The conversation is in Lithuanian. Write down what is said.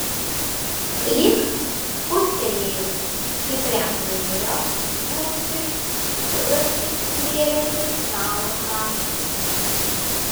lyg pūstelėjus stipriam vėjo gūsiui vilas įsitvėrė į stalo kraštą